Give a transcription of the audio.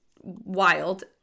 wild